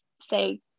say